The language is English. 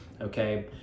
okay